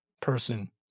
person